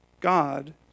God